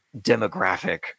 demographic